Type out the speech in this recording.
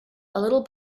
little